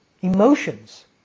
emotions